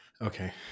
Okay